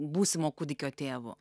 būsimo kūdikio tėvu